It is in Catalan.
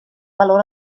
valor